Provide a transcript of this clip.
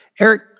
Eric